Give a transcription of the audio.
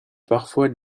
parfois